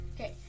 Okay